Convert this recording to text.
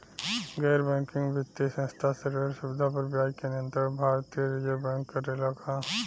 गैर बैंकिंग वित्तीय संस्था से ऋण सुविधा पर ब्याज के नियंत्रण भारती य रिजर्व बैंक करे ला का?